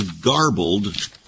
garbled